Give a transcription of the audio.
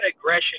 aggression